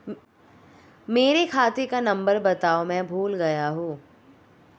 मेरे खाते का नंबर बताओ मैं भूल गया हूं